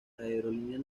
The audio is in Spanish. aerolínea